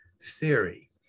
theory